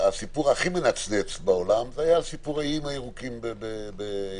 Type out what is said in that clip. הסיפור הכי מנצנץ בעולם היה סיפור האיים הירוקים באילת.